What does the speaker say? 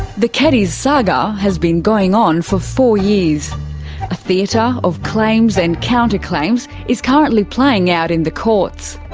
the keddies saga has been going on for four years. a theatre of claims and counterclaims is currently playing out in the courts.